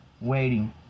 waiting